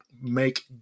make